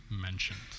mentioned